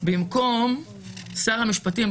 במקום "שר המשפטים,